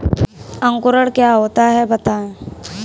अंकुरण क्या होता है बताएँ?